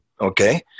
okay